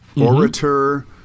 orator